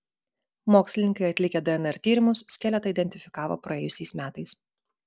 mokslininkai atlikę dnr tyrimus skeletą identifikavo praėjusiais metais